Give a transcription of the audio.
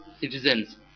citizens